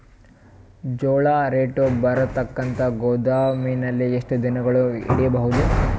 ಜೋಳ ರೇಟು ಬರತಂಕ ಗೋದಾಮಿನಲ್ಲಿ ಎಷ್ಟು ದಿನಗಳು ಯಿಡಬಹುದು?